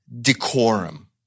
decorum